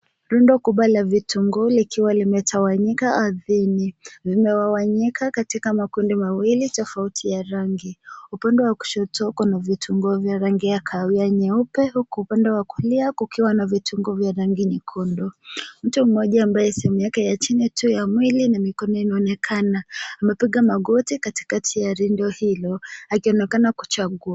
Rundo kubwa la vitunguu likiwa limetawanyika ardhini. Vimegawanyika katika makundi mawili tofauti ya rangi. Upande wa kushoto kuna vitunguu vya rangi ya kahawia nyeupe huku upande wa kulia kukiwa na vitungu vya rangi nyekundu. Mtu mmoja ambaye sehemu yake ya chini tu ya mwili na mikono inaonekana amepiga magoti katikati ya rundo hilo akionekana kuchagua.